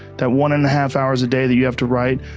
that one and a half hours a day that you have to write,